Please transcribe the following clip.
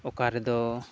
ᱚᱠᱟ ᱨᱮᱫᱚ